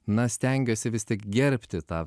na stengiuosi vis tik gerbti tą